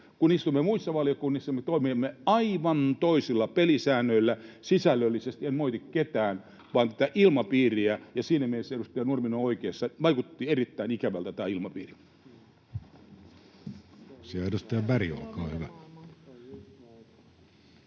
Kun istumme muissa valiokunnissa, me toimimme aivan toisilla pelisäännöillä sisällöllisesti. En moiti ketään, vaan moitin tätä ilmapiiriä, ja siinä mielessä edustaja Nurminen on oikeassa, että vaikutti erittäin ikävältä tämä ilmapiiri. [Speech 158] Speaker: